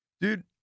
Dude